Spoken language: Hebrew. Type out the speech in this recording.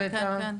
כן,